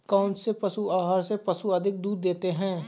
कौनसे पशु आहार से पशु अधिक दूध देते हैं?